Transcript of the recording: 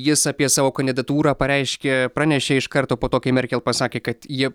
jis apie savo kandidatūrą pareiškė pranešė iš karto po to kai merkel pasakė kad ji